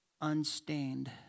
unstained